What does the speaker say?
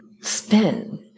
spin